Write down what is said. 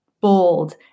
bold